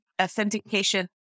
authentication